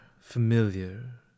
familiar